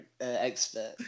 expert